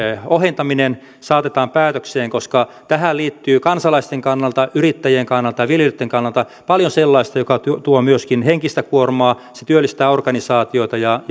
ohentaminen saatetaan päätökseen koska tähän liittyy kansalaisten kannalta yrittäjien kannalta ja viljelijöitten kannalta paljon sellaista joka tuo myöskin henkistä kuormaa se työllistää organisaatioita ja